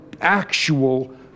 actual